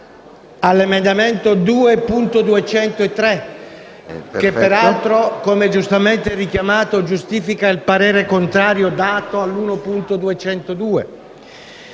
sull'emendamento 2.203, che peraltro, come giustamente richiamato, giustifica il parere contrario dato